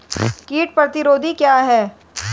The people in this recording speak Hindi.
कीट प्रतिरोधी क्या है?